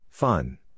Fun